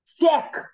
Check